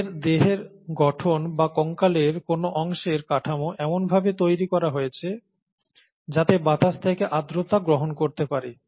তাদের দেহের গঠন বা কঙ্কালের কোনও অংশের কাঠামো এমনভাবে তৈরি করা হয়েছে যাতে বাতাস থেকে আর্দ্রতা গ্রহণ করতে পারে